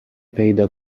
پیدا